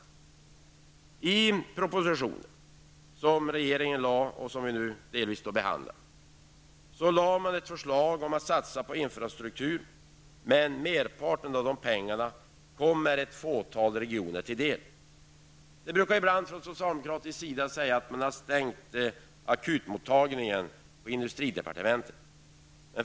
Den proposition som regeringen har lagt och som vi nu delvis behandlar innehåller ett förslag om en satsning på infrastruktur, men merparten av pengarna skulle komma ett fåtal regioner till del. Det brukar ibland från socialdemokratisk sida sägas att man har stängt akutmottagningen i industridepartementet.